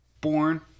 born